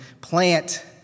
plant